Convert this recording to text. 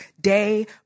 day